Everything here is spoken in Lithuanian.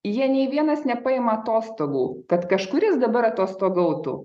jie nei vienas nepaima atostogų kad kažkuris dabar atostogautų